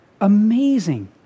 amazing